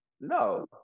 No